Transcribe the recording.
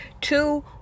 Two